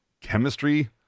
chemistry